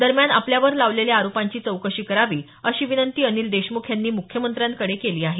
दरम्यान आपल्यावर लावलेल्या आरोपांची चौकशी करावी अशी विनंती अनिल देशमुख यांनी मुख्यमंत्र्यांकडे केली आहे